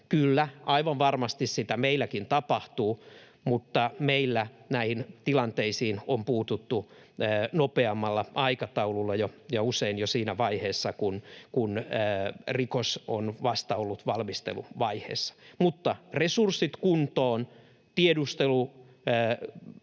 Kyllä, aivan varmasti sitä meilläkin tapahtuu, mutta meillä näihin tilanteisiin on puututtu nopeammalla aikataululla ja usein jo siinä vaiheessa, kun rikos on vasta ollut valmisteluvaiheessa. Mutta resurssit kuntoon